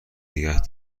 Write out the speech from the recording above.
نگه